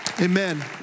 Amen